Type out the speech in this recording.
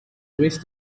wish